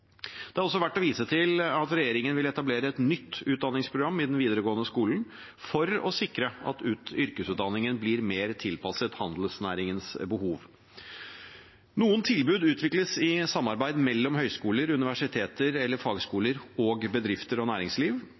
Det er også verdt å vise til at regjeringen vil etablere et nytt utdanningsprogram i den videregående skolen, for å sikre at yrkesutdanningen blir mer tilpasset handelsnæringens behov. Noen tilbud utvikles i samarbeid mellom høyskoler, universiteter eller fagskoler og bedrifter og næringsliv.